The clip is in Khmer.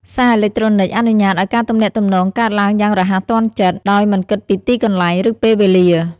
សារអេឡិចត្រូនិចអនុញ្ញាតឲ្យការទំនាក់ទំនងកើតឡើងយ៉ាងរហ័សទាន់ចិត្ត ដោយមិនគិតពីទីកន្លែង ឬពេលវេលា។